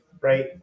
Right